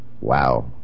wow